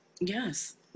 Yes